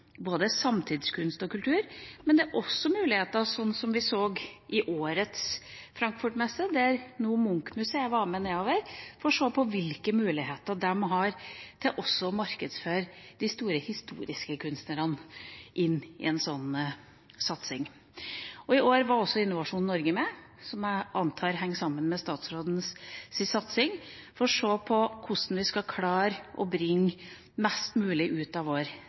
både samtidskunst- og kultur og også muligheter som vi så under årets Frankfurt-messe, der Munchmuseet var med for å se på hvilke muligheter de har til å markedsføre også de store historiske kunstnerne i en slik satsing. I år var også Innovasjon Norge med – noe jeg antar henger sammen med statsrådens satsing – for å se på hvordan vi kan klare å få mest mulig ut av